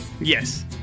yes